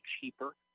cheaper